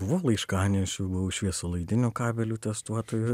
buvau laiškanešiu buvau šviesolaidinių kabelių testuotoju